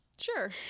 Sure